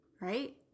Right